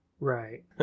Right